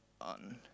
on